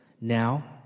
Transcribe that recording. now